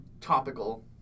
topical